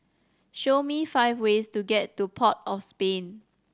show me five ways to get to Port of Spain